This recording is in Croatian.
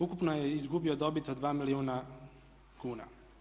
Ukupno je izgubio dobit od 2 milijuna kuna.